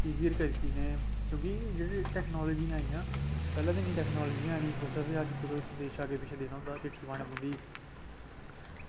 easier करी दित्ती इनें क्योंकि जेह्ड़ी टेक्नोलॉज़ी आइयां पैह्लें कुत्थें टेक्नोलॉज़ी ही कुदै संदेशा देना होंदा हा चिट्ठी पाना पौंदी ही